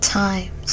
times